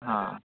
हा